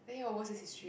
then your worst is History